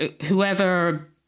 whoever